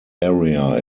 area